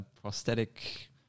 prosthetic